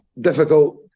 difficult